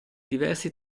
diversi